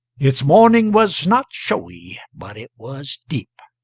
its mourning was not showy, but it was deep.